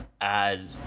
add